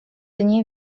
nie